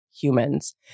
humans